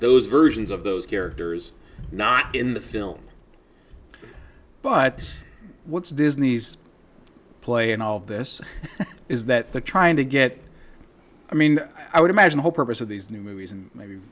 those versions of those characters not in the film but what's disney's play in all of this is that the trying to get i mean i would imagine a whole purpose of these new movies and maybe